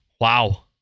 wow